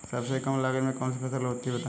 सबसे कम लागत में कौन सी फसल होती है बताएँ?